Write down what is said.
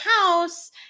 house